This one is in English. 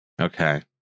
Okay